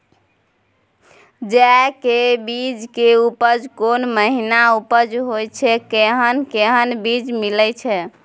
जेय के बीज के उपज कोन महीना उपज होय छै कैहन कैहन बीज मिलय छै?